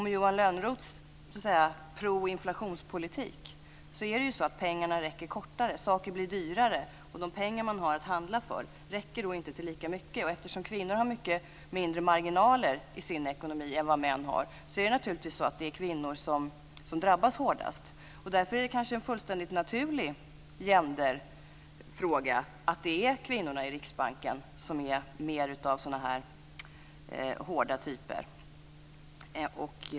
Med Johan Lönnroths proinflationspolitik räcker pengarna under kortare tid. Saker blir dyrare, och de pengar man har att handla för räcker inte till lika mycket. Eftersom kvinnor har mycket mindre marginaler i sin ekonomi än vad män har är det naturligtvis kvinnor som drabbas hårdast. Därför är det kanske en fullständigt naturlig genderfråga att det är kvinnorna i Riksbanken som är mer av hårda typer.